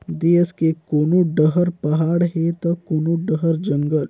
देस के कोनो डहर पहाड़ हे त कोनो डहर जंगल